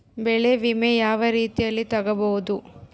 ಬೆಳೆ ವಿಮೆ ಯಾವ ರೇತಿಯಲ್ಲಿ ತಗಬಹುದು?